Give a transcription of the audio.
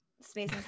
space